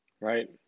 right